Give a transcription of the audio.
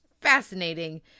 fascinating